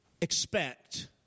expect